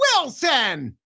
Wilson